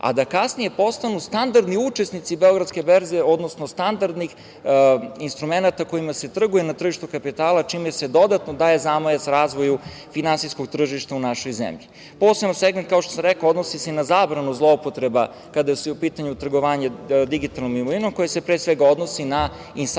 a da kasnije postanu standardni učesnici Beogradske berze, odnosno standardnih instrumenata kojima se trguje na tržištu kapitala, čime se dodatno daje zamajac razvoju finansijskog tržišta u našoj zemlji. Poseban segment, kao što sam rekao, odnosi se i na zabranu zloupotreba kada je u pitanju trgovanje digitalnom imovinom koja se pre svega odnosi na insajderske